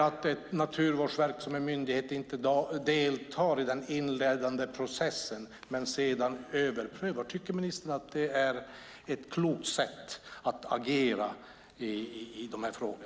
Att Naturvårdsverket som myndighet inte deltar i den inledande processen men sedan överprövar, tycker ministern att det är ett klokt sätt att agera i dessa frågor?